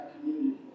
community